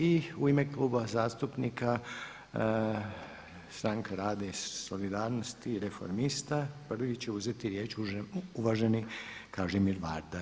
I u ime Kluba zastupnika Stranka rada i solidarnosti i Reformista prvi će uzeti riječ uvaženi Kažimir Varda.